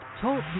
Talk